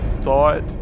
thought